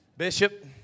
Bishop